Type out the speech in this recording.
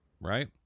right